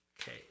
Okay